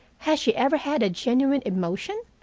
has she ever had a genuine emotion?